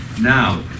Now